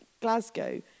Glasgow